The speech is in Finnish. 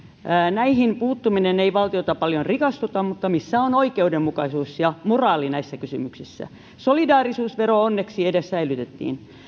näihin puuttuminen ei valtiota paljon rikastuta mutta missä on oikeudenmukaisuus ja moraali näissä kysymyksissä solidaarisuusvero onneksi edes säilytettiin